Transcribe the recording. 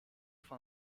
van